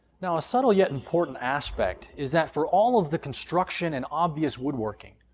now a subtle yet important aspect is that for all of the construction and obvious woodworking,